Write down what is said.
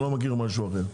אני לא מכיר משהו אחר,